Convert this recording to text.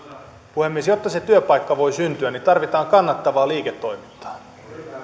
puhemies jotta se työpaikka voi syntyä tarvitaan kannattavaa liiketoimintaa